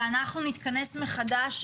ואנחנו נתכנס מחדש,